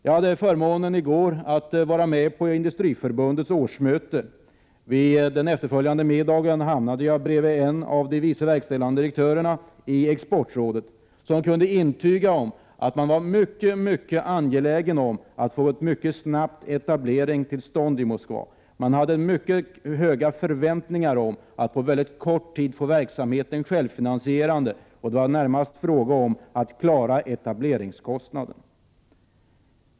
Jag hade i går förmånen att vara med på Industriförbundets årsmöte. Vid den efterföljande middagen hamnade jag bredvid en av de vice verkställande direktörerna i exportrådet, som kunde intyga att man var mycket angelägen om att få en mycket snabb etablering till stånd i Moskva. Man hade mycket höga förväntningar på att verksamheten inom kort tid skulle vara självfinansierande, och det var närmast fråga om att klara etableringskostnaden.